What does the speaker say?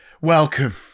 welcome